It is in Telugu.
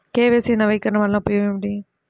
కే.వై.సి నవీకరణ వలన ఉపయోగం ఏమిటీ?